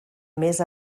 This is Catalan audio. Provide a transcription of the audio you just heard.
més